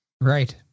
Right